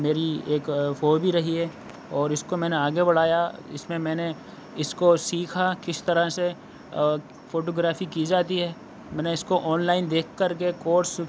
میری ایک فوبی رہی ہے اور اس کو میں نے آگے بڑھایا اس میں میں نے اس کو سیکھا کس طرح سے فوٹوگرافی کی جاتی ہے میں نے اس کو آن لائن دیکھ کر کے کورس